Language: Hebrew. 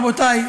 רבותי,